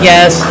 Yes